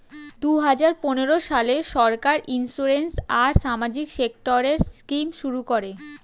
দুই হাজার পনেরো সালে সরকার ইন্সিওরেন্স আর সামাজিক সেক্টরের স্কিম শুরু করে